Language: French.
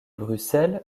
bruxelles